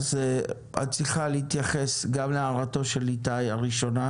את צריכה להתייחס גם להערתו הראשונה